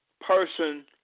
person